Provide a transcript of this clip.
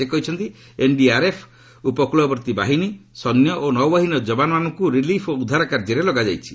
ସେ କହିଛନ୍ତି ଏନ୍ଡିଆର୍ଏଫ୍ ଉପକ୍ୱଳବର୍ତ୍ତୀ ବାହିନୀ ସୈନ୍ୟ ଓ ନୌବାହିନୀର ଯବାନମାନଙ୍କୁ ରିଲିଫ୍ ଓ ଉଦ୍ଧାର କାର୍ଯ୍ୟରେ ଲଗାଯାଇଚି